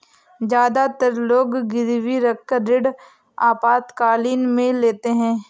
ज्यादातर लोग गिरवी रखकर ऋण आपातकालीन में लेते है